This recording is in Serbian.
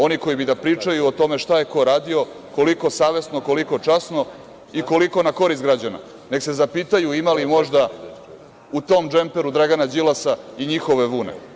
Oni koji bi da pričaju o tome šta je ko radio, koliko savesno, koliko časno i koliko na korist građana, nek se zapitaju ima li možda u tom džemperu Dragana Đilasa i njihove vune.